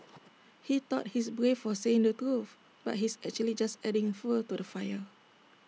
he thought he's brave for saying the truth but he's actually just adding fuel to the fire